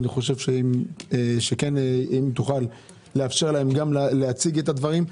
אם תוכל לאפשר להם גם להציג את הדברים.